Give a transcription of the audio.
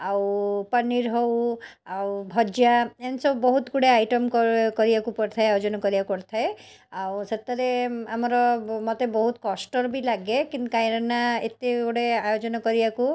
ଆଉ ପନିର୍ ହଉ ଆଉ ଭଜା ଏମତି ସବୁ ବହୁତ ଗୁଡ଼ିଏ ଆଇଟମ୍ କରିବାକୁ ପଡ଼ିଥାଏ ଆୟୋଜନ କରିବାକୁ ପଡ଼ିଥାଏ ଆଉ ସେଥେରେ ଆମର ମୋତେ ବହୁତ କଷ୍ଟ ବି ଲାଗେ କାହିଁକିନା ଏତେ ଗୁଡ଼େ ଆୟୋଜନ କରିବାକୁ